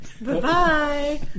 Bye-bye